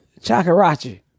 Chakarachi